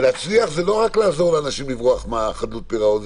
להצליח זה לא רק לעזור לאנשים לברוח מחדלות פירעון,